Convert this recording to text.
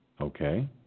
Okay